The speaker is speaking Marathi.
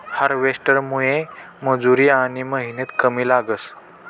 हार्वेस्टरमुये मजुरी आनी मेहनत कमी लागस